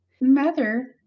mother